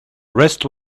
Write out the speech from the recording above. rest